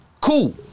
Cool